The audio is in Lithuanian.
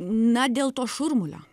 na dėl to šurmulio